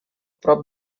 prop